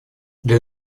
для